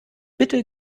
bitte